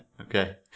okay